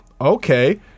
okay